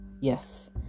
Yes